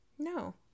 no